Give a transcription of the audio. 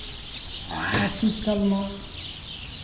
ᱟᱨ ᱥᱤᱛᱠᱟᱞ ᱢᱟ